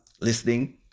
listening